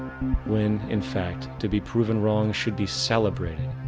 when in fact to be proven wrong should be celebrated.